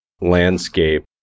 landscape